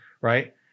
Right